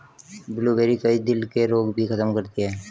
blueberry, कई दिल के रोग भी खत्म करती है